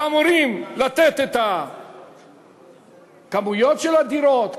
שאמורים לתת את הכמויות של הדירות,